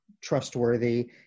trustworthy